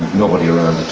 nobody around